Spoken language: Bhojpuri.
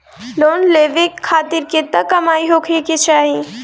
लोन लेवे खातिर केतना कमाई होखे के चाही?